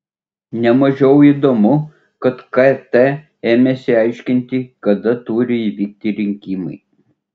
ne mažiau įdomu kad kt ėmėsi aiškinti kada turi įvykti rinkimai